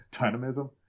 dynamism